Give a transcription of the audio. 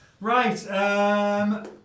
Right